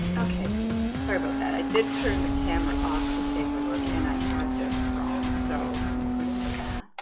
okay beep sorry about that i did turn the camera off to take a look and i had this wrong so i'm putting it back